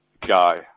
guy